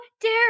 dare